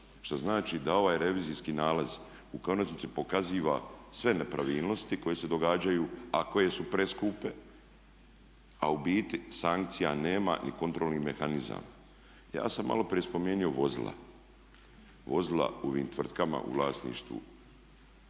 što znači da ovaj revizijski nalaz u konačnici pokaziva sve nepravilnosti koje se događaju, a koje su preskupe, a u biti sankcija nema i kontrolnih mehanizama. Ja sam malo prije spomenuo vozila, vozila u ovim tvrtkama u vlasništvu